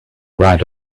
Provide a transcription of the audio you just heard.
write